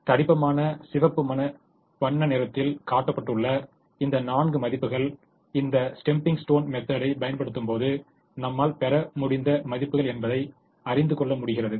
தடிப்பமான சிவப்பு வண்ண நிறத்தில் காட்டப்பட்டுள்ள இந்த நான்கு மதிப்புகள் இந்த ஸ்டெப்பிங் ஸ்டோன் மெத்தெடை பயன்படுத்தும்போது நம்மால் பெற முடிந்த மதிப்புகள் என்பதை அறிந்த கொள்ள முடிகிறது